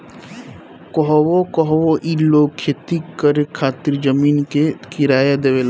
कहवो कहवो ई लोग खेती करे खातिर जमीन के किराया देवेला